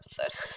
episode